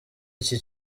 iki